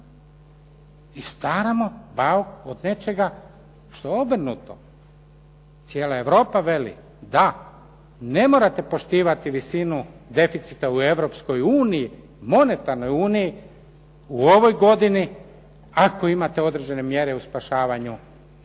i stvaramo bauk od nečega što je obrnuto. Cijela Europa veli, da ne morate poštivati visinu deficita u Europskoj uniji, monetarnoj uniji u ovoj godini ako imate određene mjere u spašavanju